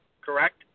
correct